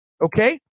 Okay